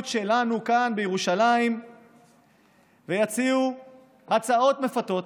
שלנו כאן בירושלים ויציעו הצעות מפתות,